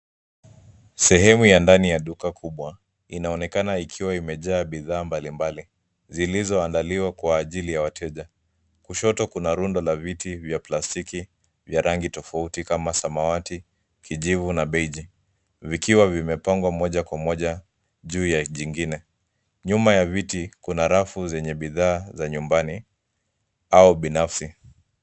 Sehemu ya ndani ya duka kubwa. Inaonekana ikiwa imejaa bidhaa mbalimbali zilizo zimeandaliwa kwa ajili ya wateja. Kushoto kuna rundo la viti vya plastiki vya rangi tofauti kama sawamati, kijivu na beige vikiwa vimepangwa moja kwa moja juu ya jingine. Nyuma ya viti kuna rafu zenye bidhaa za nyumbani au binafsi.